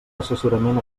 assessorament